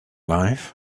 life